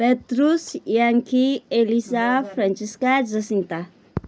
Petrus Yankee Elisha Francisca Jacinta